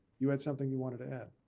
you had something you wanted to add.